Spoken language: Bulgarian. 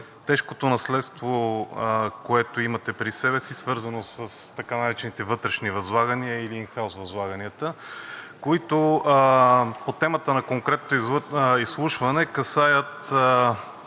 тежкото наследство, което имате при себе си, свързано с така наречени вътрешни възлагания или ин хаус възлаганията, които по темата на конкретното изслушване касаят